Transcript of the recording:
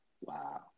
wow